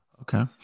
okay